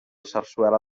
sarsuela